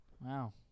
Wow